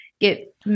get